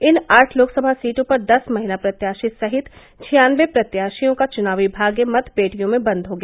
इन आठ लोकसभा सीटों पर दस महिला प्रत्याशी सहित छियानवे प्रत्याशियों का चुनावी भाग्य मत पेटियों में बन्द हो गया